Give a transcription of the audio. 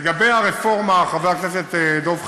לגבי הרפורמה, חבר הכנסת דב חנין,